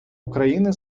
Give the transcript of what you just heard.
україни